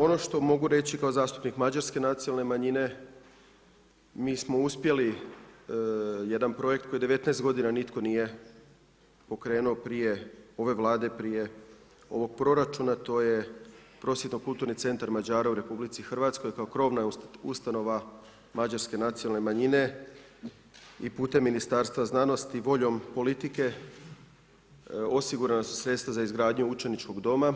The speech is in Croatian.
Ono što mogu reći kao zastupnik mađarske nacionalne manjine, mi smo uspjeli jedan projekt koji 19 godina nitko nije pokrenuo ove Vlade, prije ovog proračuna, to je Prosvjetno kulturni centar Mađara u Republici Hrvatskoj kao krovna ustanova mađarske nacionalne manjine i putem Ministarstva znanosti voljom politike osigurana su sredstva za izgradnju učeničkog doma